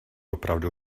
opravdu